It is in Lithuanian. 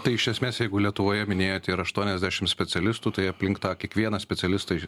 tai iš esmės jeigu lietuvoje minėjot yra aštuoniasdešim specialistų tai aplink tą kiekvieną specialistą